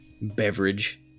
beverage